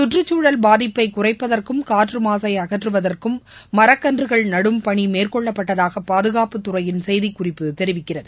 கற்றுச்சூழல் பாதிப்பை குறைப்பதற்கும் காற்று மாசை அகற்றுவதற்கும் மரக்கன்றுகள் நடும் பணி மேற்கொள்ளப்பட்டதாக பாதுகாப்புத் துறையின் செய்திக் குறிப்பு தெரிவிக்கிறது